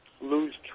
lose